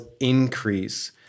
increase